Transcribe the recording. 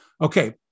Okay